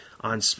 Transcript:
on